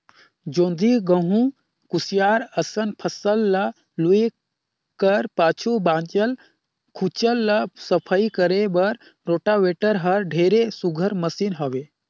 जोंधरी, गहूँ, कुसियार असन फसल ल लूए कर पाछू बाँचल खुचल ल सफई करे बर रोटावेटर हर ढेरे सुग्घर मसीन हवे